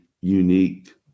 unique